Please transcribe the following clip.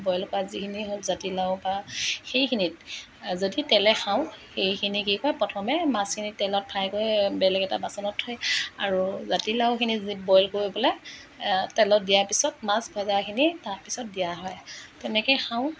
boil কৰা যিখিনি হওঁক জাতিলাও বা সেইখিনিত যদি তেলে খাওঁ সেইখিনি কি কৰে প্ৰথমে মাছখিনি তেলত ফাই কৰি বেলেগ এটা বাচনত থৈ আৰু জাতিলাওখিনি বইল কৰি পেলাই তেলত দিয়াৰ পিছত মাছ ভজাখিনি তাৰপিছত দিয়া হয় তেনেকৈ খাওঁ